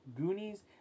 Goonies